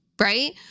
Right